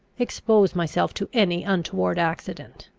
expose myself to any untoward accident.